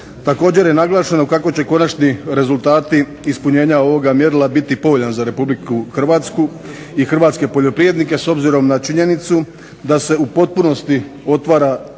Također je naglašeno kako će konačni rezultati ispunjenja ovoga mjerila biti povoljan za Republiku Hrvatsku i hrvatske poljoprivrednike s obzirom na činjenicu da se u potpunosti otvara